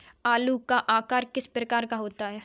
आलू का आकार किस प्रकार का होता है?